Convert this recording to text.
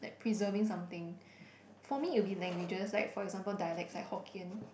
like preserving something for me it will be languages like for example dialects like Hokkien